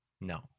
no